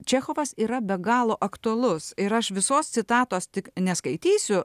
čechovas yra be galo aktualus ir aš visos citatos tik neskaitysiu